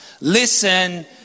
Listen